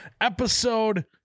episode